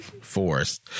Forced